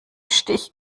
stich